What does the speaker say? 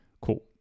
Cool